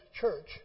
church